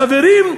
חברים,